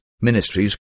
ministries